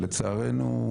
לצערנו,